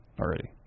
already